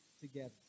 together